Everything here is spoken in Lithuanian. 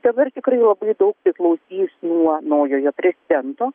dabar tikrai labai daug priklausys nuo naujojo prezidento